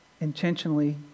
intentionally